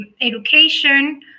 education